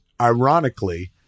ironically